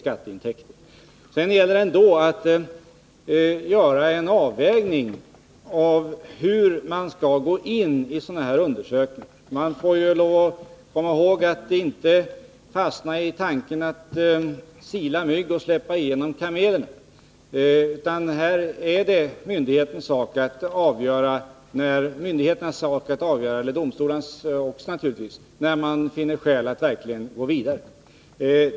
Här gäller det ändå att göra en avvägning. Vi får komma ihåg att inte fastna i något som innebär att sila mygg och svälja kameler, och här är det myndighetens sak — och domstolarnas också naturligtvis — att avgöra när det finns skäl att gå vidare.